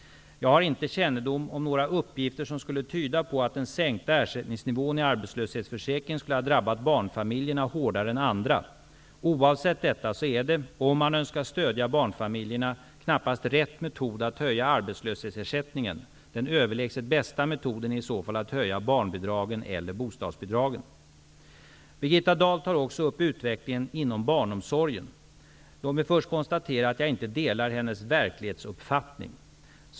Jag har inte kännedom om några uppgifter som skulle tyda på att den sänkta ersättningsnivån i arbetslöshetsförsäkringen skulle ha drabbat barnfamiljerna hårdare än andra. Oavsett detta är det, om man önskar stödja barnfamiljerna, knappast rätt metod att höja arbetslöshetsersättningen. Den överlägset bästa metoden är i så fall att höja barnbidragen eller bostadsbidragen. Birgitta Dahl tar också upp utvecklingen inom barnomsorgen. Låt mig först konstatera att jag inte delar hennes verklighetsuppfattning.